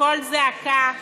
בקול זעקה